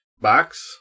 box